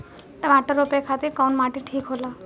टमाटर रोपे खातीर कउन माटी ठीक होला?